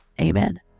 amen